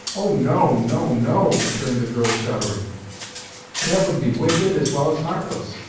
oh! no, no, no returned the girl shuddering that would be wicked as well as heartless!